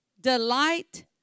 delight